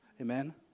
amen